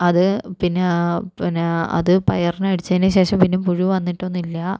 അത് പിന്നെ പിന്നെ അത് പയറിന് അടിച്ചതിനു ശേഷം പിന്നെ പുഴു വന്നിട്ടൊന്നുല്ല